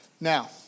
Now